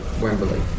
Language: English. Wembley